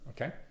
okay